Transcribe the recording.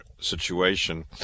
situation